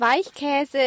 Weichkäse